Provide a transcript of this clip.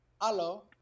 Hello